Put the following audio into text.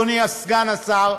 אדוני סגן השר,